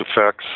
effects